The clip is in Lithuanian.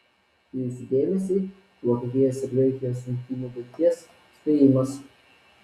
jūsų dėmesiui vokietijos ir graikijos rungtynių baigties spėjimas